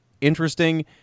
interesting